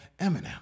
Eminem